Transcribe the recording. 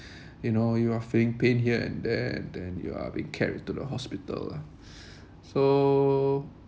you know you're feeling pain here and there and then you are being carried to the hospital lah so